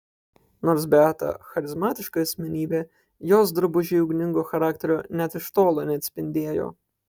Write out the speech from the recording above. nors beata charizmatiška asmenybė jos drabužiai ugningo charakterio net iš tolo neatspindėjo